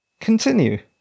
continue